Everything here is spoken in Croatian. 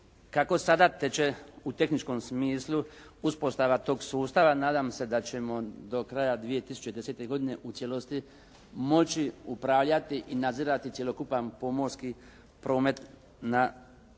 kako sada teče u tehničkom smislu uspostava tog sustava nadam se da ćemo do kraja 2010. godine u cijelosti moći upravljati i nadzirati cjelokupan pomorski promet u unutarnjim